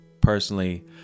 personally